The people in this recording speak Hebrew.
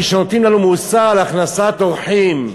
כשנותנים לנו מוסר על הכנסת אורחים,